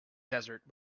desert